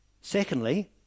Secondly